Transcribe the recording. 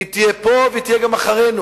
היא תהיה פה ותהיה גם אחרינו,